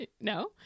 No